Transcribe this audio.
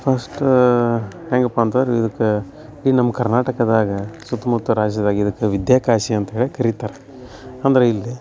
first ಹೇಗಪ್ಪ ಅಂತಾರ್ ಇದಕ್ಕೆ ಈ ನಮ್ಮ ಕರ್ನಾಟಕದಾಗ ಸುತ್ತಮುತ್ತು ರಾಜ್ಯದಾಗ ಇದಕ್ಕೆ ವಿದ್ಯಾಕಾಶಿ ಅಂತ ಹೇಳಿ ಕರಿತಾರೆ ಅಂದ್ರೆ ಇಲ್ಲಿ